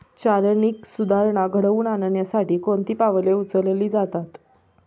चालनीक सुधारणा घडवून आणण्यासाठी कोणती पावले उचलली जातात?